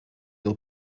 will